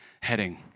heading